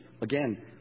Again